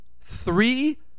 three